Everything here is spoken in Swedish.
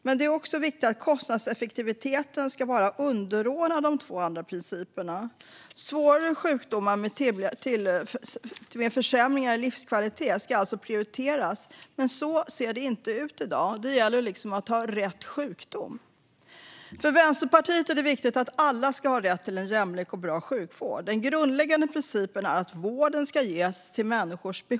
Men det är viktigt att kostnadseffektiviteten ska vara underordnad de två andra principerna. Svåra sjukdomar med tydliga försämringar i livskvalitet ska alltså prioriteras. Men så ser det inte ut i dag. Det gäller liksom att ha rätt sjukdom. För Vänsterpartiet är det viktigt att alla ska ha rätt till en jämlik och bra sjukvård. Den grundläggande principen är att vården ska ges utifrån människors behov.